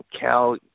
Cal